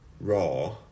raw